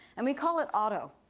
and we call it otto,